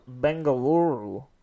Bengaluru